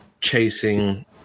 chasing